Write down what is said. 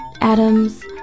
Adams